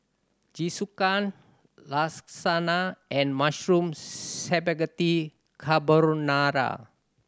Jingisukan Lasagna and Mushroom Spaghetti Carbonara